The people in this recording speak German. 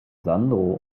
sandro